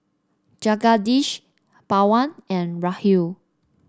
Jagadish Pawan and Rahul